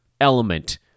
element